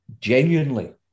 genuinely